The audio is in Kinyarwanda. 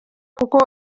kuko